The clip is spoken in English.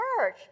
Church